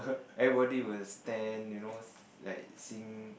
everybody will stand you know like sing